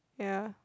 ya